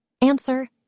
Answer